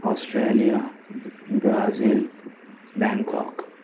Australia Brazil Bangkok